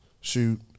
shoot